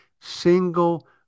single